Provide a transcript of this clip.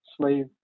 slave